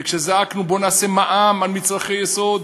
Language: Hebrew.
וכשזעקנו: בואו נעשה מע"מ על מצרכי יסוד,